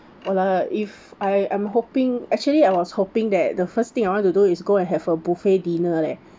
!walao! if I I'm hoping actually I was hoping that the first thing I want to do is go and have a buffet dinner leh